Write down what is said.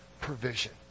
provision